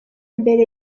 mbere